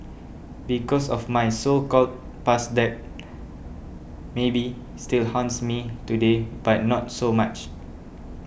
because of my so called past debt maybe still haunts me today but not so much